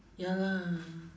ya lah